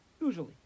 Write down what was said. Usually